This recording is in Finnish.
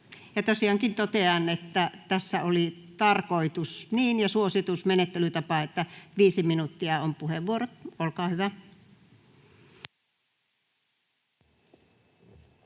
Tosiaankin totean, että tässä oli tarkoitus ja suositus, menettelytapa, että viisi minuuttia on puheenvuoro. —